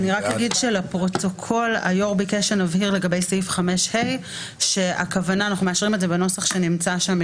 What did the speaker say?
היו"ר ביקש שנבהיר לפרוטוקול לגבי סעיף 5ה. הכוונה היא שאנחנו מאשרים את זה בנוסח שנמצא שם,